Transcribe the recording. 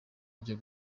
ryo